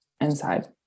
Inside